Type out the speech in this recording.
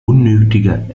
unnötiger